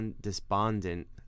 despondent